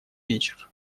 вечер